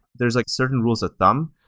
there's like certain rules of thumb,